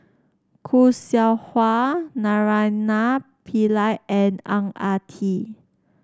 Khoo Seow Hwa Naraina Pillai and Ang Ah Tee